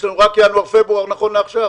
יש לכם רק את ינואר-פברואר נכון לעכשיו?